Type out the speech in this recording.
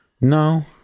No